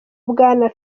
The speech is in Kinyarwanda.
bwana